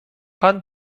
pan